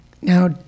Now